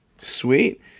sweet